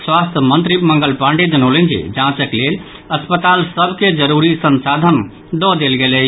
स्वास्थ्य मंत्री मंगल पाण्डेय जनौलनि जे जांचक लेल अस्पताल सभ के जरूरी संसाधन दऽ देल गेल अछि